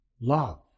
Love